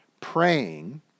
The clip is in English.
praying